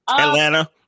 Atlanta